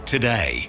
Today